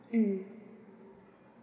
mm